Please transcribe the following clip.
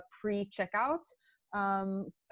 pre-checkout